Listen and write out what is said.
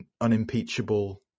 unimpeachable